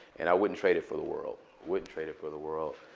and i wouldn't trade it for the world. wouldn't trade it for the world.